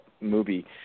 movie